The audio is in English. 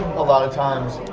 a lot of times,